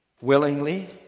willingly